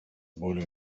более